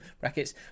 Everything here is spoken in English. brackets